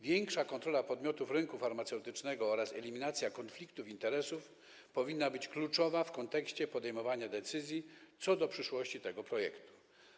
Większa kontrola podmiotów rynku farmaceutycznego oraz eliminacja konfliktów interesów powinna być kluczowa w kontekście podejmowania decyzji co do przyszłości tego projektu.